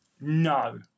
No